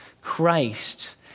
Christ